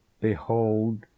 Behold